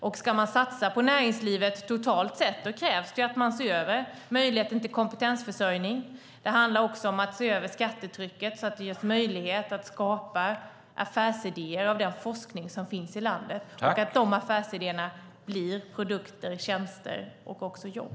Om man ska satsa på näringslivet totalt sett krävs det att man ser över möjligheten till kompetensförsörjning. Det handlar också om att se över skattetrycket så att det ges möjlighet att skapa affärsidéer av den forskning som finns i landet. Dessa affärsidéer ska sedan bli produkter, tjänster och jobb.